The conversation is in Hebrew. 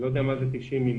אני לא יודע מה זה 90 מיליון,